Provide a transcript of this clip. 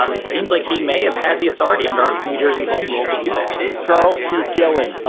um it seems like he may have had the authority under new jersey home rule to do that charles p. guillen,